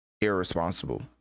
irresponsible